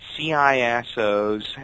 CISOs